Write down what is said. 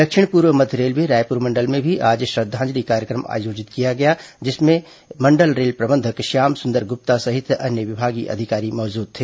दक्षिण पूर्व मध्य रेलवे रायपुर मंडल में भी आज श्रद्वांजलि कार्य क्र म आयोजित किया गया जिसमें मंडल रेल प्रबंधक श्याम सुंदर गुप्ता सहित अन्य विभागीय अधिकारी मौजूद थे